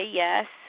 yes